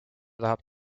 tahab